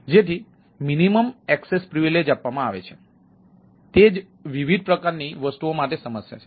તેથી તે જ વિવિધ પ્રકારની વસ્તુઓ માટે સમસ્યા છે